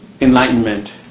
enlightenment